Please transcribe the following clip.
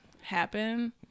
happen